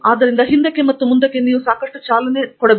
ಆದ್ದರಿಂದ ಹಿಂದಕ್ಕೆ ಮತ್ತು ಮುಂದಕ್ಕೆ ಸಾಕಷ್ಟು ಇದೆ